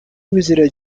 visited